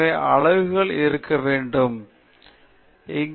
எனவே அலகுகள் இருக்க வேண்டும் அதனால் இங்கே காணவில்லை